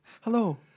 Hello